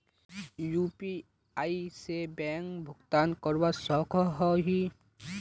UPI से bank भुगतान करवा सकोहो ही?